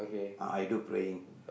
ah I do praying